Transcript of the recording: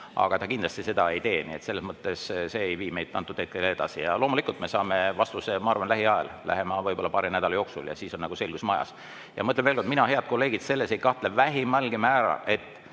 Aga ta kindlasti seda ei tee, nii et see ei vii meid antud hetkel edasi. Loomulikult me saame vastuse, ma arvan, et lähiajal, lähema võib‑olla paari nädala jooksul, siis on selgus majas. Ja ma ütlen veel kord: mina, head kolleegid, selles ei kahtle vähimalgi määral,